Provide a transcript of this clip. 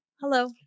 Hello